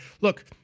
Look